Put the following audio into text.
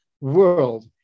world